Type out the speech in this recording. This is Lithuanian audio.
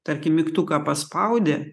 tarkim mygtuką paspaudė